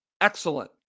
excellent